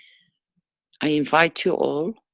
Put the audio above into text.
i invite you all,